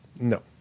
No